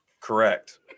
Correct